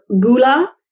gula